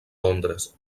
londres